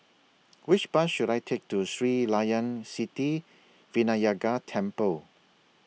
Which Bus should I Take to Sri Layan Sithi Vinayagar Temple